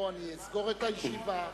או שאסגור את הישיבה,